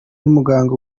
n’umuganga